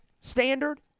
Standard